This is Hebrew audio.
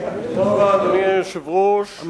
אדוני היושב-ראש,